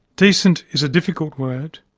decent is a difficult word.